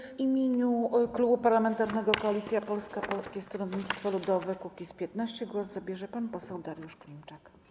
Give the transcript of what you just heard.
W imieniu Klubu Parlamentarnego Koalicja Polska - Polskie Stronnictwo Ludowe - Kukiz15 głos zabierze pan poseł Dariusz Klimczak.